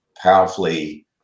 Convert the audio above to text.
powerfully